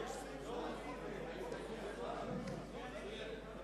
סעיפים 1 2, כהצעת הוועדה ועם ההסתייגות שנתקבלה,